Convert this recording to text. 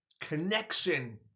connection